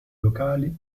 locali